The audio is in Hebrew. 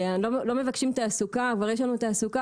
לא מבקשים תעסוקה כבר יש לנו תעסוקה